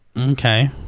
Okay